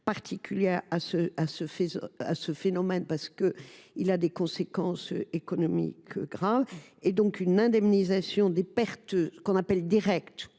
particulière à ce phénomène, parce qu’il a des conséquences économiques graves. Une indemnisation des pertes, directes